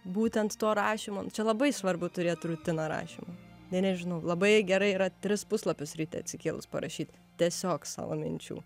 būtent to rašymo čia labai svarbu turėt rutiną rašymui ne nežinau labai gerai yra tris puslapius ryte atsikėlus parašyti tiesiog savo minčių